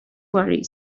worry